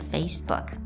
Facebook